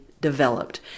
developed